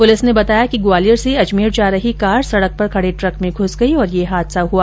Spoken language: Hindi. पुलिस ने बताया कि ग्वालियर से अजमेर जा रही कार सड़क पर खड़े ट्रक में घुस गई और यह हादसा हआ